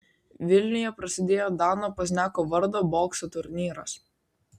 vilniuje prasidėjo dano pozniako vardo bokso turnyras